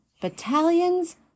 battalions